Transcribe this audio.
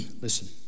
Listen